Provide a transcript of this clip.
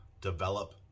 develop